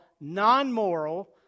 non-moral